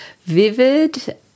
vivid